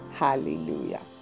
hallelujah